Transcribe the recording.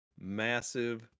massive